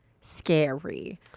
scary